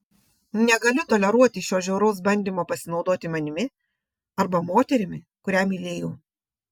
negaliu toleruoti šio žiauraus bandymo pasinaudoti manimi arba moterimi kurią mylėjau